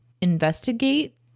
investigate